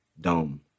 Dome